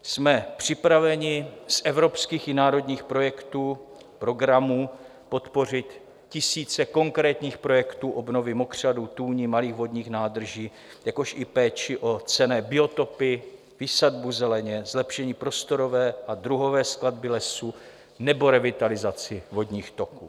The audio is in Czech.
Jsme připraveni z evropských i národních projektů, programů podpořit tisíce konkrétních projektů obnovy mokřadů, tůní, malých vodních nádrží, jakož i péči o cenné biotopy, výsadbu zeleně, zlepšení prostorové a druhové skladby lesů nebo revitalizaci vodních toků.